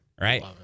right